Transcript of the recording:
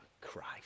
Christ